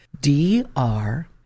D-R